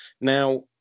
Now